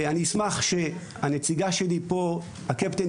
אני אומר שבלי מתקנים ראויים לבנות ונערות ובלי תשתיות,